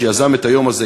שיזם את היום הזה,